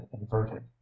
inverted